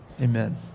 amen